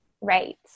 Right